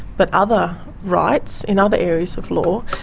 but other rights in other areas of law,